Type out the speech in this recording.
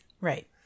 Right